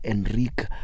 Enrique